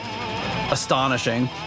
astonishing